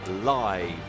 live